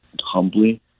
humbly